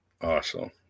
Awesome